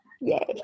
Yay